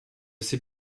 sais